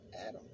Adam